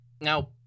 Now